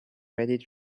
ready